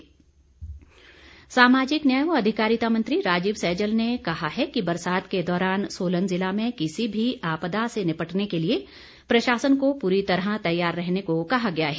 सैजल सामाजिक न्याय व अधिकारिता मंत्री राजीव सैजल ने कहा है कि बरसात के दौरान सोलन जिला में किसी भी आपदा से निपटने के लिए प्रशासन को पूरी तरह तैयार रहने को कहा गया है